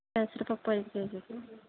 పెసరపప్పు ఐదు కేజీలు